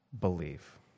believe